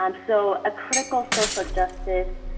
um so a critical social justice,